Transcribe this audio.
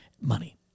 money